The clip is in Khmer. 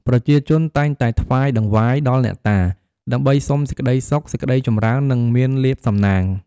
ប្រជាជនតែងតែថ្វាយតង្វាយ ដល់អ្នកតា ដើម្បីសុំសេចក្តីសុខសេចក្តីចម្រើន និងមានលាភសំណាង។